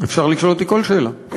אפשר לשאול אותי כל שאלה.